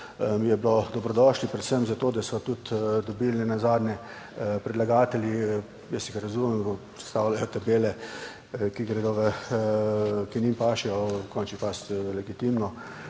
mi je bilo dobrodošlo predvsem za to, da so tudi dobili, nenazadnje predlagatelji, jaz jih razumem, postavljajo tabele, ki gredo v, ki njim paše, v končni fazi legitimno.